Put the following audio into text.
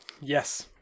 Yes